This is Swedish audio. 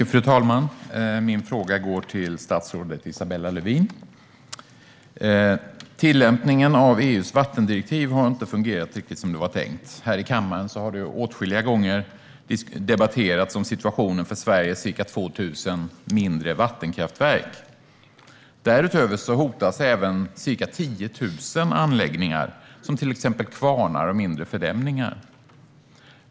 Fru talman! Min fråga går till statsrådet Isabella Lövin. Tillämpningen av EU:s vattendirektiv har inte riktigt fungerat som det var tänkt. Här i kammaren har situationen för Sveriges ca 2 000 mindre vattenkraftverk debatterats åtskilliga gånger. Därutöver hotas även ca 10 000 anläggningar som till exempel kvarnar och mindre fördämningar.